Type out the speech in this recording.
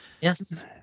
Yes